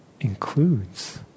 includes